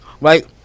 right